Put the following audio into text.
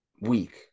week